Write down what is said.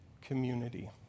community